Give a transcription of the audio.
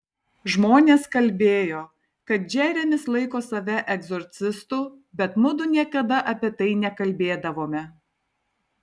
žmonės kalbėjo kad džeremis laiko save egzorcistu bet mudu niekada apie tai nekalbėdavome